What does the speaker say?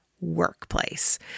workplace